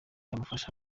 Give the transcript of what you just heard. yamufasha